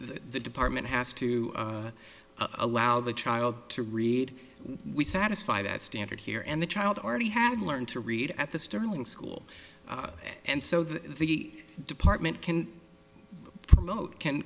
the department has to allow the child to read we satisfy that standard here and the child already had learned to read at the stirling school and so the department can promote can